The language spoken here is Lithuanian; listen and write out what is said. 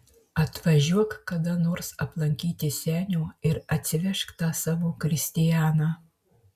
atvažiuok kada nors aplankyti senio ir atsivežk tą savo kristianą